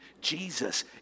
Jesus